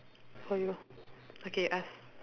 for you okay ask